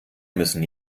müssen